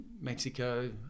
mexico